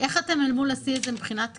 איך אתם אל מול השיא הזה מבחינת תקינה?